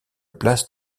place